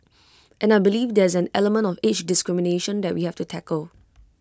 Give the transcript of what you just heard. and I believe there's an element of age discrimination that we have to tackle